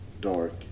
dark